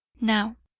now,